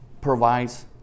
provides